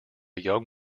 young